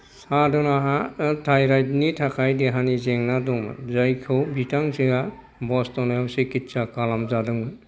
साधनाहा ओह टाइराइदनि थाखाय देहानि जेंना दंमोन जायखौ बिथांजोआ बस्थ'मायाव सिकिथसा खालामजादोंमोन